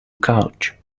couch